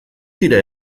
dira